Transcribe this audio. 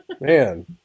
man